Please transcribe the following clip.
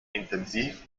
intensiv